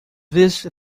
vezes